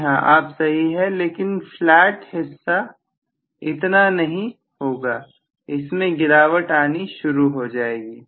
जी हां आप सही है लेकिन फ्लैट हिस्सा इतना नहीं होगा इसमें गिरावट आनी शुरू हो जाएगी